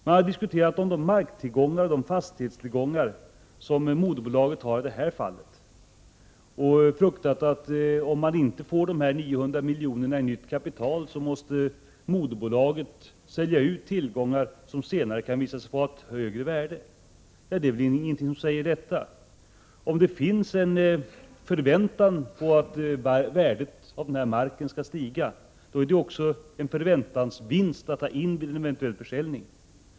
Man har diskuterat de marktillgångar och de fastighetstillgångar som moderbolaget har i det här fallet, och man har fruktat, att om man inte får dessa 900 milj.kr. i nytt kapital, måste moderbolaget sälja ut tillgångar som senare kan visa sig få ett högre värde. Det är väl inget som säger det? Om det finns en förväntan på att värdet av marken skall stiga, finns det också en förväntansvinst att ta in vid en eventuell försäljning.